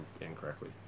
incorrectly